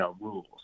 rules